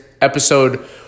episode